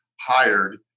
hired